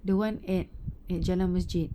the one at at jalan masjid